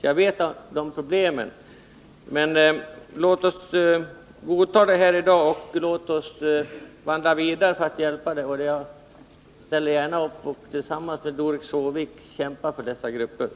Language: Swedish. Men låt oss alltså godta förslaget i dag och sedan gå vidare för att hjälpa dessa grupper. Jag ställer gärna upp tillsammans med Doris Håvik för att kämpa för dem.